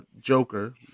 Joker